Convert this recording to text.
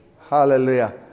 Hallelujah